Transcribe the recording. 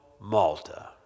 Malta